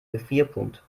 gefrierpunkt